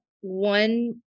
one